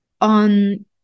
on